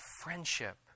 friendship